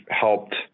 helped